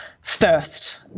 first